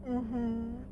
mmhmm